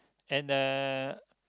and uh